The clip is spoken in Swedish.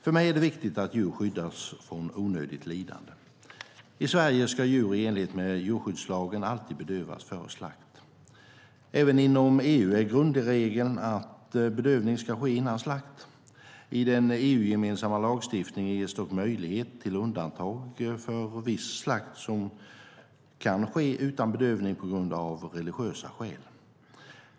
För mig är det viktigt att djur skyddas från onödigt lidande. I Sverige ska djur i enlighet med djurskyddslagen alltid bedövas före slakt. Även inom EU är grundregeln att bedövning ska ske före slakt. I den EU-gemensamma lagstiftningen ges dock möjlighet till undantag för viss slakt som kan ske utan bedövning på grund av religiösa skäl.